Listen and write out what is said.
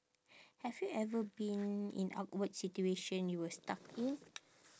have you ever been in awkward situation you were stuck in